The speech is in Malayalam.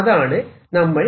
അതാണ് നമ്മൾ